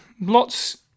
lots